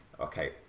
okay